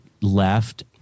left